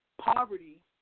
poverty